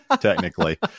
technically